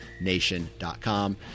nation.com